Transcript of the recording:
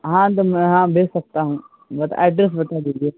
ہاں تو میں ہاں بھیج سکتا ہوں بٹ ایڈریس بتا دیجیے